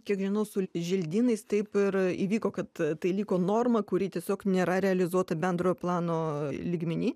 kiek žinau su želdynais taip ir įvyko kad tai liko norma kuri tiesiog nėra realizuota bendrojo plano lygmeny